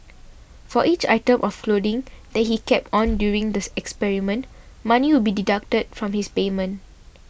for each item of clothing that he kept on during the experiment money would be deducted from his payment